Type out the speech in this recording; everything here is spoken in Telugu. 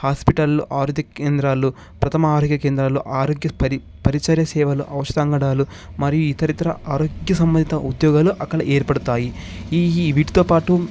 హాస్పిటల్లు ఆరుద కేంద్రాలు ప్రథమ ఆరోగ్య కేంద్రాలు ఆరోగ్య పరిసర సేవలు అవసరగండాలు మరియు ఇతర ఇతర ఆరోగ్య సంబంధిత ఉద్యోగాలు అక్కడ ఏర్పడతాయి ఇయి వీటితోపాటు